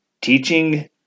teaching